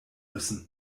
müssen